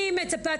אני מצפה.